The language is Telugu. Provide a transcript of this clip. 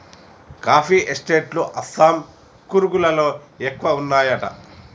కాఫీ ఎస్టేట్ లు అస్సాం, కూర్గ్ లలో ఎక్కువ వున్నాయట